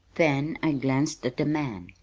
then i glanced at the man.